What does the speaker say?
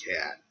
cat